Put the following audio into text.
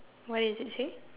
what is it say